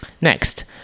Next